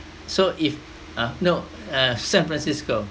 so if uh no uh san francisco